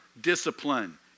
discipline